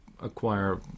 acquire